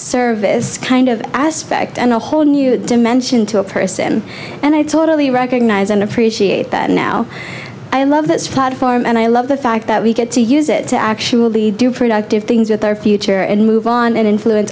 service kind of aspect and a whole new dimension to a person and i totally recognize and appreciate that now i love this platform and i love the fact that we get to use it to actually do productive things with our future and move on and influence